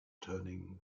turning